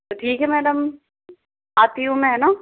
तो ठीक है मैडम आती हूँ मैं है न